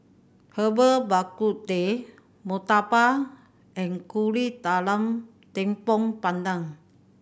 Herbal Bak Ku Teh murtabak and Kuih Talam Tepong Pandan